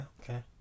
Okay